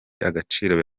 agaciro